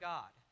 God